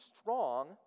strong